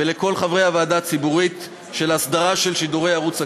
ולכל חברי הוועדה הציבורית לבחינת ההסדרה של שידורי ערוץ הכנסת,